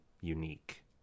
unique